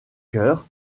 cœurs